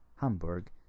Hamburg